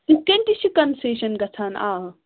تِتھٕ کٔنۍ تہِ چھِ کَنسیشَن گژھان آ